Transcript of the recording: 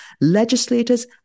legislators